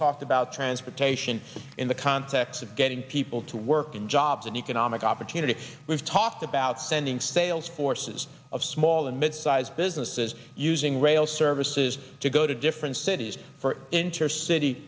talked about transportation in the context of getting people to work in jobs and economic opportunity we've talked about sending sales forces of small and mid sized businesses using rail services to go to different cities